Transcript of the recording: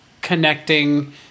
connecting